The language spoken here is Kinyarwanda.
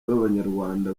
babanyarwanda